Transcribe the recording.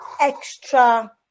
extra